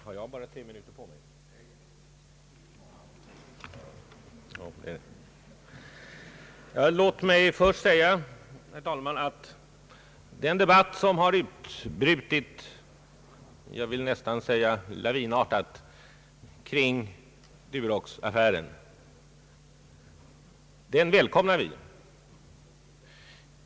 Herr talman! Låt mig först säga, herr talman, att den debatt som har utbrutit — jag vill nästan säga lavinartat — kring Duroxaffären välkomnar vi.